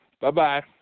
Bye-bye